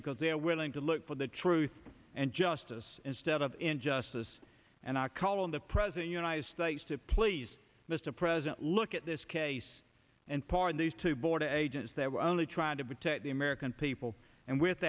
because they are willing to look for the truth and justice instead of injustice and i call on the present united states to please mr president look at this case and part these two border agents that were only trying to protect the american people and with